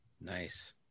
nice